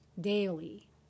daily